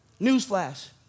Newsflash